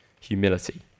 Humility